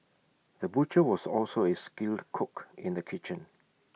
the butcher was also A skilled cook in the kitchen